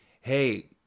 hey